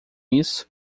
isso